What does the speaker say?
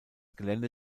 gelände